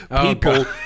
people